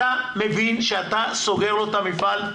אתה מבין שאתה סוגר לו את המפעל?